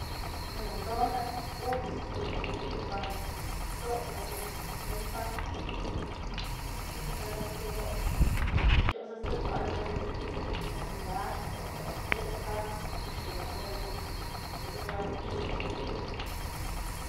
lony rac us par ndoob lany gyw, lai paty, gizacany basur roo, txi nu’za sty cuany na lo gohbziny lázë, ni rzaca gux-gyw lany rah gyu’h, gyw’h ni naa piz lony.